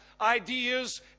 ideas